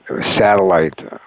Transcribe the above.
satellite